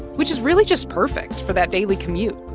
which is really just perfect for that daily commute.